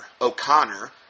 O'Connor